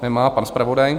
Nemá pan zpravodaj?